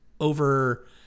over